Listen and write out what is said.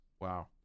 Wow